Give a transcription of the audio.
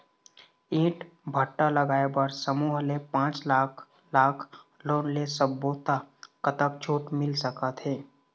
ईंट भट्ठा लगाए बर समूह ले पांच लाख लाख़ लोन ले सब्बो ता कतक छूट मिल सका थे?